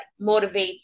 motivates